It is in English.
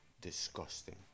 disgusting